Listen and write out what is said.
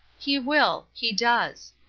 he will. he does.